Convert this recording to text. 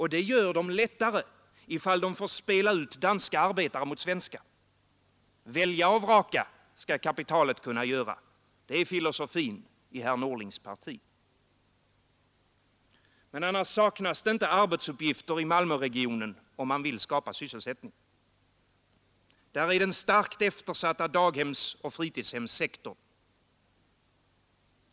Det gör de lättare om de får spela ut danska arbetare mot svenska. Välja och vraka skall kapitalet kunna göra. Det är filosofi i herr Norlings parti. Annars saknas det inte arbetsuppgifter i Malmöregionen om man vill skapa sysselsättning. Där är den eftersatta dagshemsoch fritidshemssektorn.